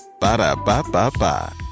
Ba-da-ba-ba-ba